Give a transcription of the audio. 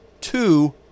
two